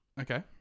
Okay